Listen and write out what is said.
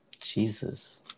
jesus